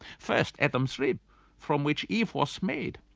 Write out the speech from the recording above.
first, adam's rib from which eve was made.